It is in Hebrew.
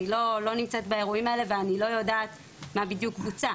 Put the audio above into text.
אני לא נמצאת באירועים האלה ואני לא יודעת מה בדיוק בוצע.